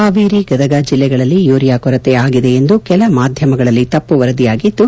ಹಾವೇರಿ ಗದಗ ಜಿಲ್ಲೆಗಳಲ್ಲಿ ಯೂರಿಯಾ ಕೊರತೆ ಆಗಿದೆಯೆಂದು ಕೆಲ ಮಾಧ್ಯಮಗಳಲ್ಲಿ ತಪ್ಪು ವರದಿಯಾಗಿದ್ದು